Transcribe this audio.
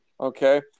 Okay